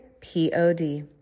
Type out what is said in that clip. P-O-D